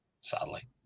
sadly